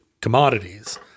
commodities